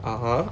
(uh huh)